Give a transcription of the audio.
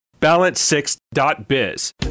Balance6.biz